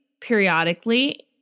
periodically